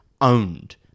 owned